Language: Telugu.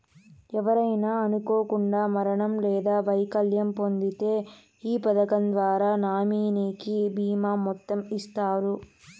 ఎవరైనా అనుకోకండా మరణం లేదా వైకల్యం పొందింతే ఈ పదకం ద్వారా నామినీకి బీమా మొత్తం ఇస్తారు